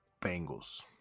Bengals